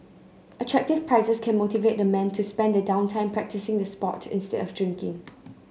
attractive prizes can motivate the men to spend their down time practising the sport instead of drinking